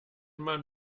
man